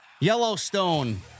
Yellowstone